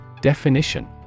Definition